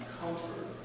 comfort